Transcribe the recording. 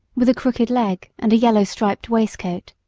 with a crooked leg, and a yellow striped waistcoat.